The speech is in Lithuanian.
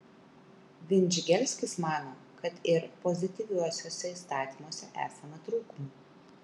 vindžigelskis mano kad ir pozityviuosiuose įstatymuose esama trūkumų